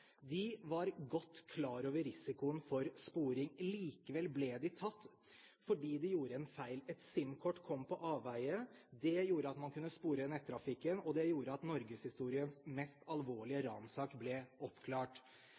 De var godt klar over risikoen for sporing. Likevel ble de tatt fordi de gjorde en feil. Et SIM-kort kom på avveier. Det gjorde at man kunne spore nettrafikken, og det gjorde at norgeshistoriens mest alvorlige ranssak ble oppklart.